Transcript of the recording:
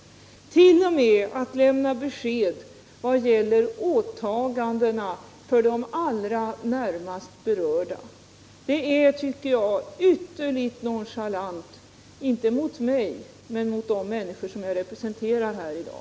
Han har även undvikit att lämna besked vad gäller åtaganden för de allra närmast berörda. Det är, tycker jag, ytterligt nonchalant, inte mot mig men mot de människor som jag representerar här i dag.